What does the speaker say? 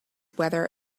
whether